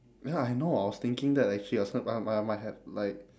ya I know I was thinking that actually I was I I might have like